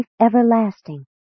everlasting